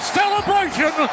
celebration